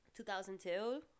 2002